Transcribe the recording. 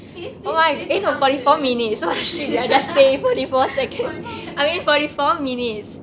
please please please count this forty four seconds